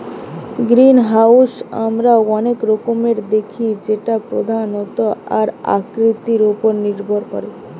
greenhouse আমরা অনেক রকমের দেখি যেটা প্রধানত তার আকৃতি উপর নির্ভর করে